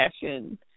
fashion